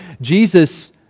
Jesus